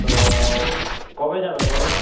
তো কবে যাবে বলো